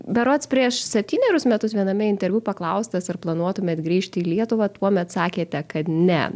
berods prieš septynerius metus viename interviu paklaustas ar planuotumėt grįžti į lietuvą tuomet sakėte kad ne